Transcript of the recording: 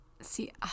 See